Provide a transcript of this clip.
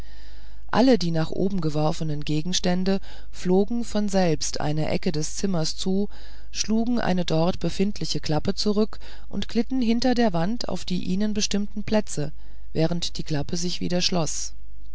alle die nach oben geworfenen gegenstände flogen von selbst einer ecke des zimmers zu schlugen eine dort befindliche klappe zurück und glitten hinter der wand auf die ihnen bestimmten plätze während die klappe sich wieder schloß